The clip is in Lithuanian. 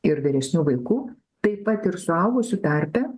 ir vyresnių vaikų taip pat ir suaugusių tarpe